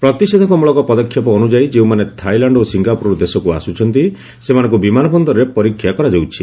ପ୍ରତିଷେଧମୂଳକ ପଦକ୍ଷେପ ଅନୁଯାୟୀ ଯେଉଁମାନେ ଥାଇଲାଣ୍ଡ ଓ ସିଙ୍ଗାପୁରରୁ ଦେଶକୁ ଆସୁଛନ୍ତି ସେମାନଙ୍କୁ ବିମାନ ବନ୍ଦରରେ ପରୀକ୍ଷା କରାଯାଉଛି